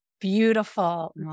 beautiful